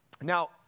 Now